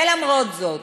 ולמרות זאת,